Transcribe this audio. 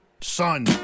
son